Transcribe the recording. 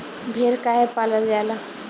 भेड़ काहे पालल जाला?